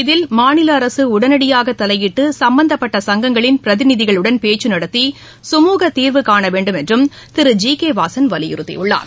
இதில் மாநில அரசு உடனடியாக தலையிட்டு சம்பந்தப்பட்ட சங்கங்களின் பிரதிநிதிகளுடன் பேச்சு நடத்தி சுமூக தீர்வு காண வேண்டுமென்றும் தீரு ஜி கே வாசன் வலியுறுத்தியுள்ளார்